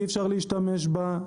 אי אפשר להשתמש בה,